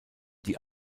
die